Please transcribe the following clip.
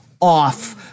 off